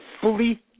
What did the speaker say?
fully